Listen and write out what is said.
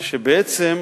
שבעצם,